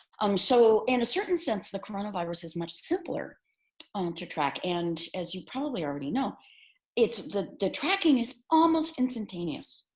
um so in a certain sense the coronavirus is much simpler to track and as you probably already know the the tracking is almost instantaneous.